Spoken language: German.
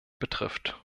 betrifft